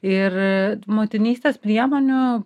ir motinystės priemonių